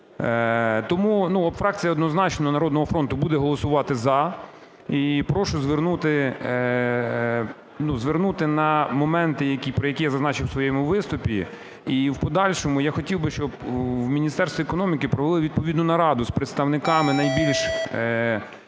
Тому фракція однозначно "Народного фронту" буде голосувати "за". І прошу звернути, ну, звернути на моменти, про які я зазначив в своєму виступі. І в подальшому я хотів би, щоб в Міністерстві економіки провели відповідну нараду з представниками найбільш,